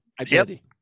identity